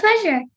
pleasure